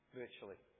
virtually